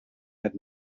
had